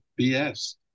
bs